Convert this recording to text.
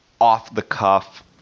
off-the-cuff